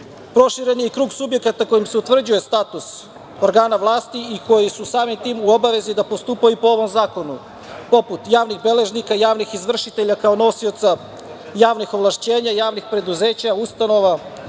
sudom. Proširen je i krug subjekata kojim se utvrđuje status organa vlasti i koji su samim tim u obavezi da postupaju po ovom zakonu. Poput javnih beležnika, javnih izvršitelja kao nosioca javnih ovlašćenja, javnih preduzeća, ustanova,